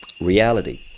reality